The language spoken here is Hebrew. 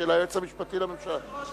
של היועץ המשפטי לממשלה.